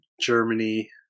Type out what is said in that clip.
Germany